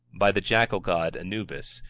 by the jackal-god anubis,